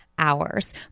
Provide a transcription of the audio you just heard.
hours